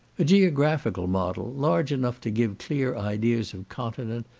a geographical model, large enough to give clear ideas of continent,